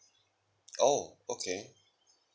oh okay